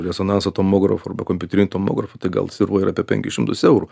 rezonanso tomografu arba kompiuteriniu tomografu tai gal svyruoj apie penkis šimtus eurų